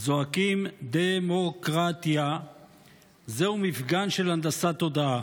זועק דמוקרטיה זהו מפגן של הנדסת תודעה,